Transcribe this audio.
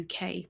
UK